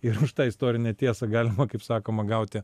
ir už tą istorinę tiesą galima kaip sakoma gauti